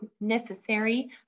necessary